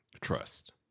trust